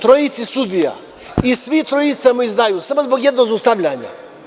Trojica sudija i sva trojica mu izdaju, samo zbog jednog zaustavljanja.